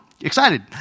Excited